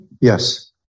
yes